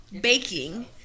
baking